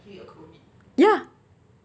ya